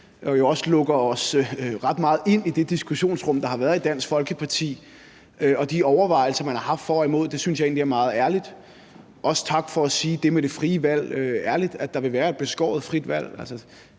lukker os ret meget ind i det diskussionsrum, der har været i Dansk Folkeparti, og de overvejelser, man har haft, for og imod. Det synes jeg egentlig er meget ærligt. Også tak for at sige det med det frie valg ærligt, altså at der vil være et beskåret frit valg.